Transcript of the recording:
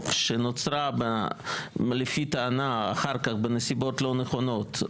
שנוצרה לפי טענה אחר כך בנסיבות לא נכונות,